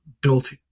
built